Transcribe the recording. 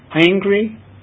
angry